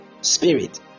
spirit